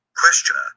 Questioner